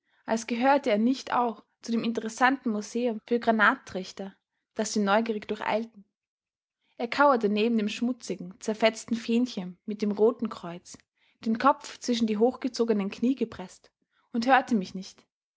als gehörte er nicht auch zu dem interessanten museum für granattrichter das sie neugierig durcheilten er kauerte neben dem schmutzigen zerfetzten fähnchen mit dem rothenkreuz den kopf zwischen die hochgezogenen knie gepreßt und hörte mich nicht